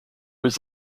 was